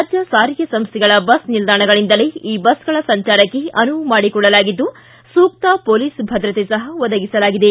ರಾಜ್ಯ ಸಾರಿಗೆ ಸಂಸ್ಥೆಗಳ ಬಸ್ ನಿಲ್ದಾಣಗಳಿಂದಲೇ ಈ ಬಸ್ಗಳ ಸಂಚಾರಕ್ಕೆ ಅನುವು ಮಾಡಿಕೊಡಲಾಗಿದ್ದು ಸೂಕ್ತ ಪೊಲೀಸ್ ಭದ್ರತೆ ಸಹ ಒದಗಿಸಲಾಗಿದೆ